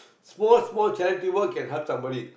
small small charity work can help somebody